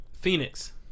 Phoenix